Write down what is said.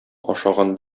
ашаган